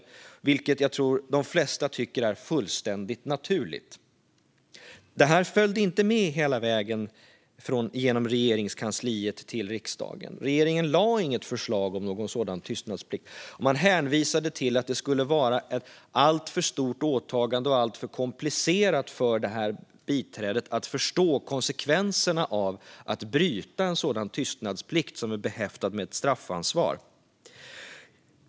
Det är något som jag tror att de flesta tycker är fullständigt naturligt. Det följde inte med hela vägen genom Regeringskansliet till riksdagen. Regeringen lade inte fram något förslag om en sådan tystnadsplikt. Man hänvisade till att det skulle vara ett alltför stort åtagande och alltför komplicerat för biträdet att förstå konsekvenserna av att bryta en sådan tystnadsplikt som är behäftad med ett straffansvar.